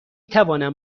توانم